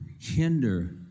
hinder